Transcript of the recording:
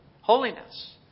Holiness